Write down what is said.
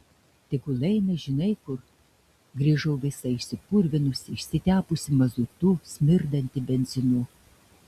tegul eina žinai kur grįžau visa išsipurvinusi išsitepusi mazutu smirdanti benzinu